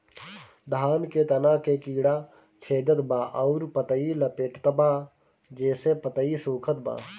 धान के तना के कीड़ा छेदत बा अउर पतई लपेटतबा जेसे पतई सूखत बा?